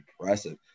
impressive